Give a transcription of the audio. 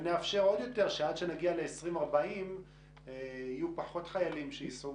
ונאפשר עוד יותר שעד שנגיע ל-2040 יהיו פחות חיילים שיסעו